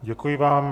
Děkuji vám.